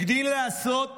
הגדיל לעשות